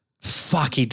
fuck